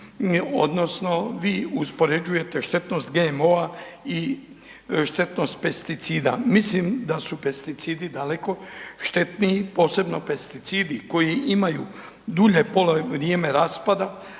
odnosno vi uspoređujete štetnost GMO-a i štetnost pesticida. Mislim da su pesticidi daleko štetniji posebno pesticidi koji imaju dulje … vrijeme raspada